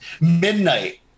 Midnight